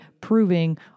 proving